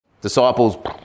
Disciples